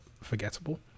forgettable